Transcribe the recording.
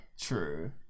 True